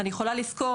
אני יכולה לסקור,